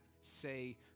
say